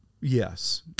Yes